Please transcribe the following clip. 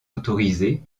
autorisée